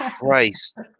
Christ